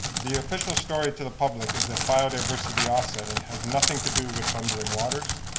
the official story to the public is that biodiversity offsetting has nothing to do with thundering waters,